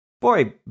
boy